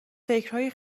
فکرهای